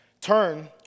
Turn